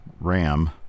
Ram